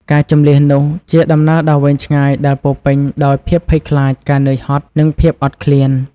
ការជម្លៀសនោះ ជាដំណើរដ៏វែងឆ្ងាយដែលពោរពេញដោយភាពភ័យខ្លាច ការនឿយហត់ និងភាពអត់ឃ្លាន។